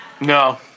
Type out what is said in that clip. No